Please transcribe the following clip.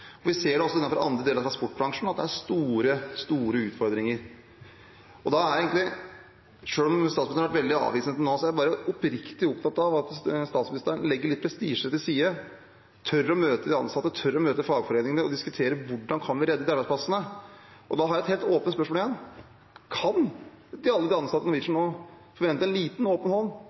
Vi ser også innenfor andre deler av transportbransjen at det er store, store utfordringer. Selv om statsministeren har vært veldig avvisende til nå, er jeg oppriktig opptatt av at hun legger litt prestisje til side og tør å møte de ansatte og fagforeningene og diskutere hvordan man kan redde arbeidsplassene. Da har jeg igjen et helt åpent spørsmål: Kan de ansatte i Norwegian nå forvente en litt åpen